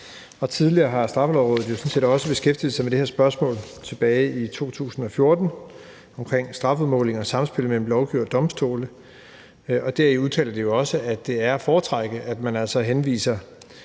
Tidligere har Straffelovrådet jo sådan set også beskæftiget sig med det her spørgsmål tilbage i 2014 omkring strafudmåling og samspillet mellem lovgivere og domstole. Deri udtaler de jo også, at det er at foretrække, at man altså henviser